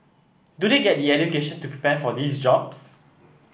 do they get the education to prepare for these jobs